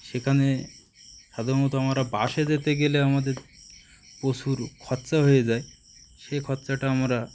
সেখানে সাধারণত আমরা বাসে যেতে গেলে আমাদের প্রচুর খরচা হয়ে যায় সেই খরচাটা আমরা